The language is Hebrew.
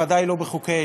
בוודאי לא בחוקי-היסוד.